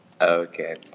Okay